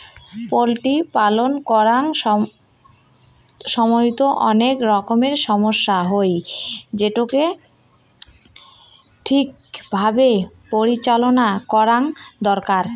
poultry পালন করাং সমইত অনেক রকমের সমস্যা হই, যেটোকে ঠিক ভাবে পরিচালনা করঙ দরকার